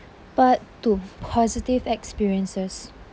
part two positive experiences